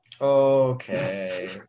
Okay